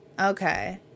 okay